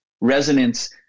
resonance